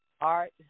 art